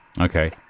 Okay